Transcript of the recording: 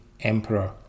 Emperor